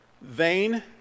vain